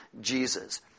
Jesus